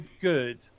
good